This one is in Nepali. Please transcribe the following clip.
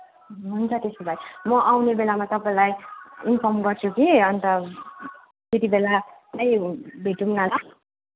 हुन्छ त्यसो भए म आउने बेलामा तपाईँलाई इन्फर्म गर्छु कि अन्त त्यति बेला नै भेटौँ न ल